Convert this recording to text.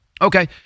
Okay